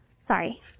sorry